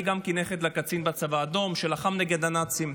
אני גם נכד לקצין מהצבא האדום שלחם נגד הנאצים.